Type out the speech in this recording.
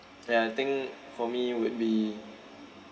ya I think for me would be